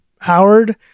Howard